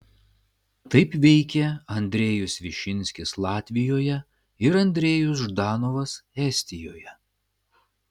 taip veikė andrejus višinskis latvijoje ir andrejus ždanovas estijoje